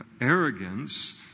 arrogance